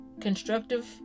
constructive